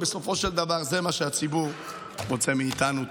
בסופו של דבר, זה מה שהציבור רוצה מאיתנו.